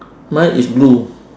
mine is blue